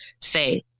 say